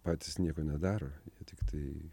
patys nieko nedaro tiktai